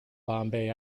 bombay